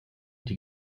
die